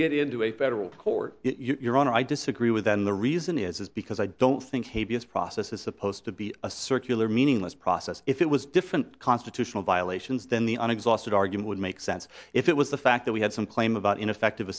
get into a federal court your honor i disagree with that and the reason is because i don't think process is supposed to be a circular meaningless process if it was different constitutional violations then the un exhausted argument would make sense if it was the fact that we had some claim about ineffective